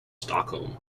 stockholm